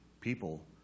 people